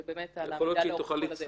ובאמת על העמידה לאורך כל הדרך.